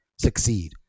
succeed